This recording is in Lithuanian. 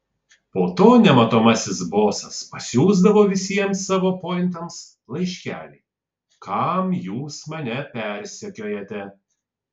po to nematomasis bosas pasiųsdavo visiems savo pointams laiškelį kam jūs mane persekiojate